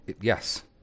yes